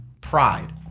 pride